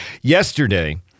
Yesterday